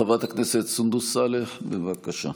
חברת הכנסת סונדוס סאלח, בבקשה.